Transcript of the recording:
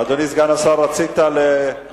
אדוני סגן השר, רצית להתייחס?